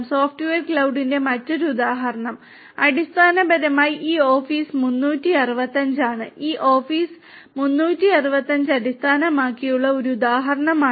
software ക്ലൌഡിന്റെ മറ്റൊരു ഉദാഹരണം അടിസ്ഥാനപരമായി ഈ ഓഫീസ് 365 ആണ് ഇത് ഓഫീസ് 365 അടിസ്ഥാനമാക്കിയുള്ള ഒരു ഉദാഹരണമാണ്